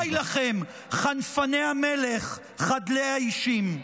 די לכם חנפני המלך, חדלי האישים.